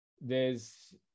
there's-